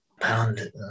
Pound